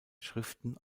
schriften